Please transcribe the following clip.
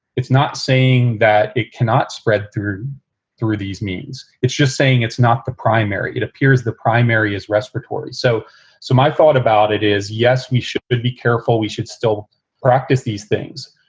it's not saying that it cannot spread through through these means. it's just saying it's not the primary. it appears the primary is respiratory. so so my thought about it is, yes, we should be careful. we should still practice these things.